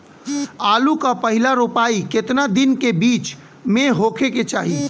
आलू क पहिला रोपाई केतना दिन के बिच में होखे के चाही?